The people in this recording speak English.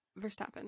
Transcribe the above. Verstappen